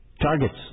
Targets